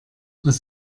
was